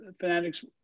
fanatics